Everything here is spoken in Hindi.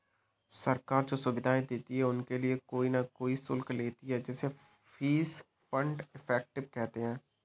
सरकार जो सुविधाएं देती है उनके लिए कोई न कोई शुल्क लेती है जिसे फीस एंड इफेक्टिव कहते हैं